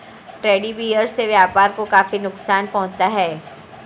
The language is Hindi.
ट्रेड बैरियर से व्यापार को काफी नुकसान पहुंचता है